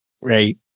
Right